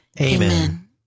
Amen